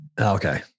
Okay